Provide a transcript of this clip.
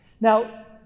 Now